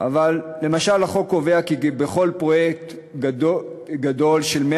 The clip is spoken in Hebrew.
אבל למשל החוק קובע כי בכל פרויקט גדול של 100